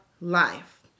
life